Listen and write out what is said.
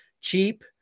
cheap